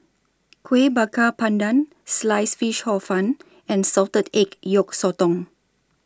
Kueh Bakar Pandan Sliced Fish Hor Fun and Salted Egg Yolk Sotong